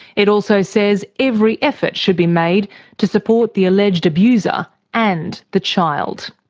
it also says every effort should be made to support the alleged abuser and the child.